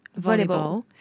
volleyball